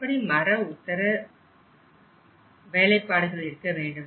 எப்படி மர உத்தர வேலைப்பாடுகள் இருக்க வேண்டும்